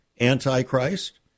Antichrist